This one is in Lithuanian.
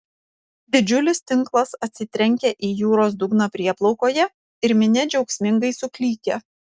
didžiulis tinklas atsitrenkia į jūros dugną prieplaukoje ir minia džiaugsmingai suklykia